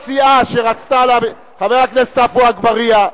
חבר הכנסת עפו אגבאריה.